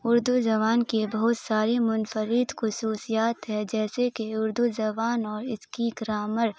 اردو زبان کی بہت ساری منفرد خصوصیات ہے جیسے کہ اردو زبان اور اس کی گرامر